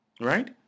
right